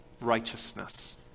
righteousness